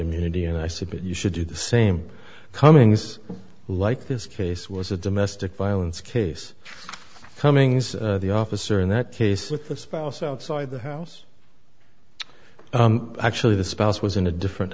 immunity and i submit you should do the same coming days like this case was a domestic violence case cummings the officer in that case with the spouse outside the house actually the spouse was in a different